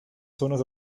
zonas